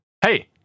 Hey